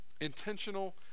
Intentional